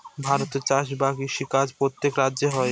ভারতে চাষ বা কৃষি কাজ প্রত্যেক রাজ্যে হয়